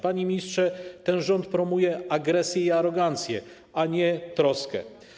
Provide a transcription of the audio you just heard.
Panie ministrze, ten rząd promuje agresję i arogancję, a nie troskę.